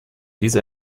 diese